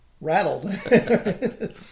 rattled